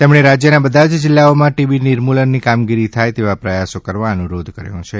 તેમણે રાજ્યના બધા જ જિલ્લાઓમાં ટીબી નિર્મૂલનની કામગીરી થાય તેવા પ્રયાસો કરવા અનુરોધ કર્યો છે